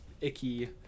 icky